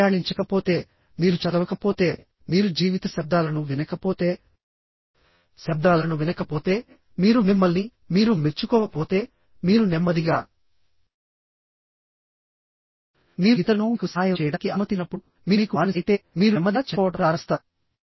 మీరు ప్రయాణించకపోతే మీరు చదవకపోతే మీరు జీవిత శబ్దాలను వినకపోతేశబ్దాలను వినకపోతే మీరు మిమ్మల్ని మీరు మెచ్చుకోకపోతే మీరు నెమ్మదిగా మీరు ఇతరులను మీకు సహాయం చేయడానికి అనుమతించనప్పుడు మీరు మీకు బానిస అయితే మీరు నెమ్మదిగా చనిపోవడం ప్రారంభిస్తారు